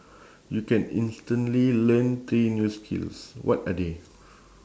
you can instantly learn three new skills what are they